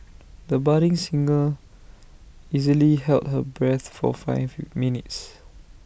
the budding singer easily held her breath for five minutes